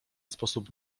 sposób